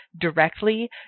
directly